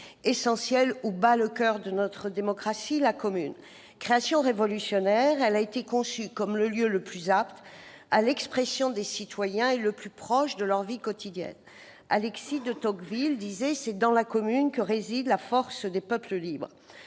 essentiel, où bat le coeur de notre démocratie : la commune. Création révolutionnaire, elle a été conçue comme le lieu le plus apte à l'expression des citoyens et le plus proche de leur vie quotidienne. Alexis de Tocqueville affirmait :« C'est dans la commune que réside la force des peuples libres.